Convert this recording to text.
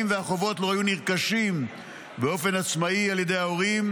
והחוברות לו היו נרכשים באופן עצמאי על ידי ההורים,